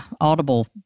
audible